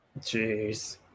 Jeez